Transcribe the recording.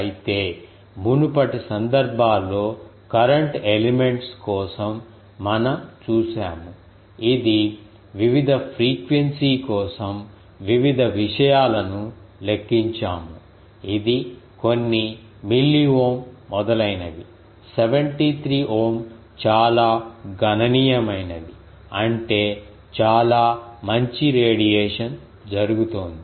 అయితే మునుపటి సందర్భాల్లో కరెంట్ ఎలిమెంట్స్ కోసం మనం చూశాము ఇది వివిధ ఫ్రీక్వెన్సీ ల కోసం వివిధ విషయాలను లెక్కించాము ఇది కొన్ని మిల్లి ఓం మొదలైనవి 73 ఓం చాలా గణనీయమైనది అంటే చాలా మంచి రేడియేషన్ జరుగుతోంది